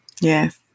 Yes